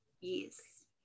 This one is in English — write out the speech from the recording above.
Yes